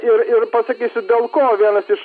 ir ir pasakysiu dėl ko vienas iš